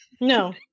No